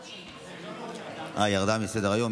אה, היא ירדה מסדר-היום?